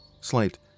Slight